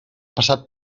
passat